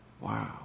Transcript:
Wow